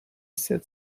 said